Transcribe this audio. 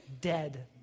dead